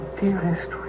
dearest